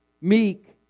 meek